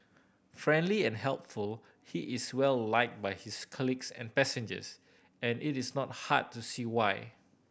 friendly and helpful he is well liked by his colleagues and passengers and it is not hard to see why